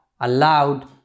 allowed